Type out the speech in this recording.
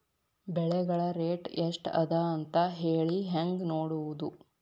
ಬೆಳೆಗಳ ರೇಟ್ ಎಷ್ಟ ಅದ ಅಂತ ಹೇಳಿ ಹೆಂಗ್ ನೋಡುವುದು?